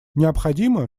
необходимо